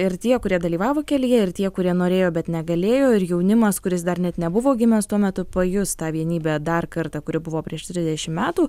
ir tie kurie dalyvavo kelyje ir tie kurie norėjo bet negalėjo ir jaunimas kuris dar net nebuvo gimęs tuo metu pajus tą vienybę dar kartą kuri buvo prieš trisdešimt metų